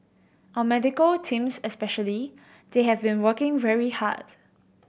our medical teams especially they have been working very hard